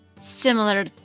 similar